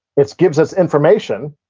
it gives us information,